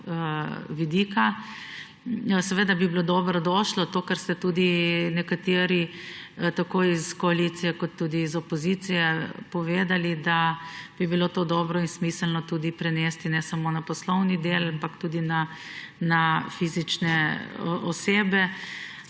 vidika. Seveda bi bilo dobrodošlo to, kar ste tudi nekateri tako iz koalicije kot tudi iz opozicije povedali, da bi bilo to dobro in smiselno tudi prenesti ne samo na poslovni del, ampak tudi na fizične osebe.